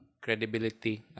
credibility